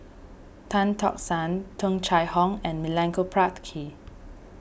Tan Tock San Tung Chye Hong and Milenko Prvacki